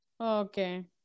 Okay